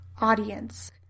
audience